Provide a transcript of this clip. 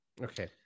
Okay